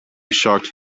shocked